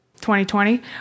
2020